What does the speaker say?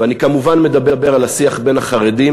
ואני כמובן מדבר על השיח בין החרדים